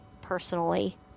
personally